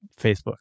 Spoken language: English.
Facebook